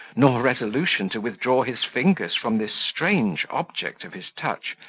nor resolution to withdraw his fingers from this strange object of his touch,